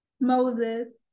Moses